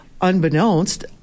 Unbeknownst